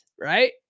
Right